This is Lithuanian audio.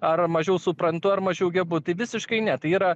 ar mažiau suprantu ar mažiau gebu tai visiškai ne tai yra